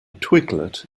twiglet